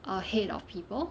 ahead of people